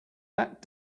that